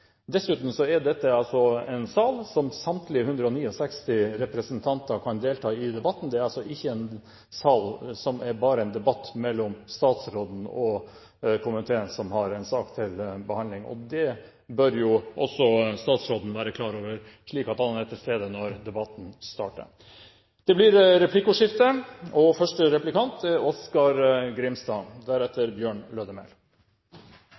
Dessuten er dette en sal der samtlige 169 representanter kan delta i en debatt. Det er altså ikke en sal hvor det bare er en debatt mellom statsråden og komiteen som har en sak til behandling. Det bør også statsråden være klar over, slik at han er til stede når debatten starter. Det blir replikkordskifte. I debatten som no går, blir ulveproblematikken teken fram. Det kjem fram påstandar om at det er